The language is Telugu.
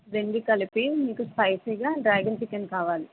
రెండు కలిపి మీకు స్పైసీగా డ్రాగెన్ చికెన్ కావాలి